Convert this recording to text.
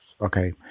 Okay